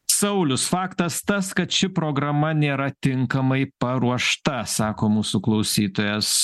saulius faktas tas kad ši programa nėra tinkamai paruošta sako mūsų klausytojas